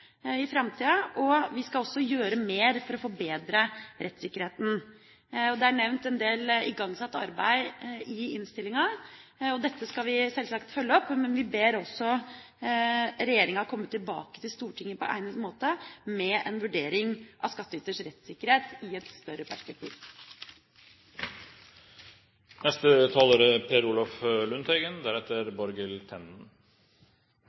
i framtida, og vi skal også gjøre mer for å forbedre rettssikkerheten. Det er nevnt en del igangsatt arbeid i innstillinga. Dette skal vi selvsagt følge opp, men vi ber også regjeringa komme tilbake til Stortinget på egnet måte med en vurdering av skattyters rettssikkerhet i et større perspektiv. Som flere har vært inne på, er